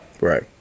Right